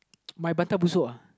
my butter uh